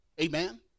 Amen